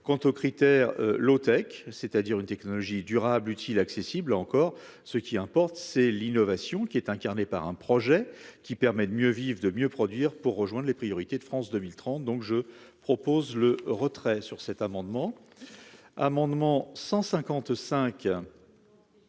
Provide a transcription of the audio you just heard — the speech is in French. quant aux critères low-tech, c'est-à-dire une technologie durable utile accessible encore ce qui importe c'est l'innovation qui est incarné par un projet qui permet de mieux vivre de mieux produire pour rejoindre les priorités de France 2030 donc je propose le retrait sur cet amendement, amendement 155.